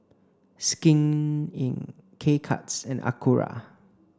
Skin Inc K Cuts and Acura